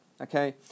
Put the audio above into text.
Okay